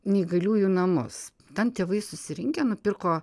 neįgaliųjų namus ten tėvai susirinkę nupirko